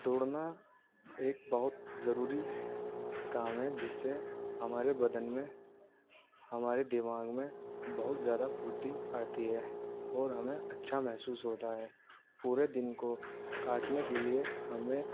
دوڑنا ایک بہت ضروری کام ہے جس سے ہمارے بدن میں ہمارے دماغ میں بہت زیادہ پھرتی آتی ہے اور ہمیں اچھا محسوس ہوتا ہے پورے دن کو کاٹنے کے لیے ہمیں